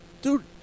Dude